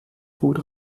food